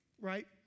right